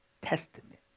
Testament